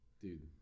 Dude